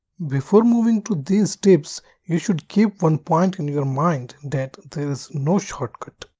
before moving to these tips you should keep one point in your mind that there is no shortcut.